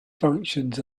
functions